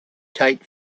tight